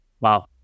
wow